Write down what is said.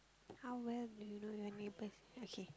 how well do you know your neighbours okay